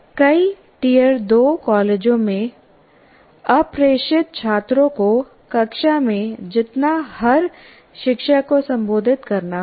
कई टियर 2 कॉलेजों में अप्रेषित छात्रों को कक्षा में जीतना हर शिक्षक को संबोधित करना होगा